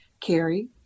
Carrie